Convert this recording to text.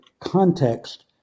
context